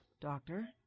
Doctor